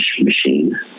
machine